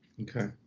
Okay